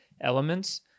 elements